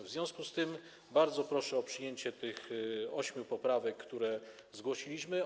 W związku z tym bardzo proszę o przyjęcie tych ośmiu poprawek, które zgłosiliśmy.